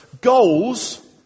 Goals